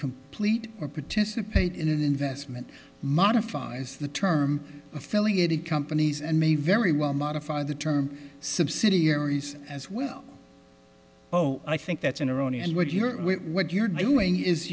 complete or participate in an investment modifies the term affiliated companies and may very well modify the term subsidiaries as well oh i think that's an erroneous word you know what you're doing is